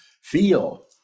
feel